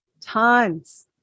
Tons